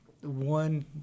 one